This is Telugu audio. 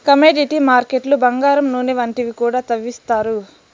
కమోడిటీ మార్కెట్లు బంగారం నూనె వంటివి కూడా తవ్విత్తారు